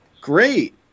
great